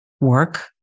work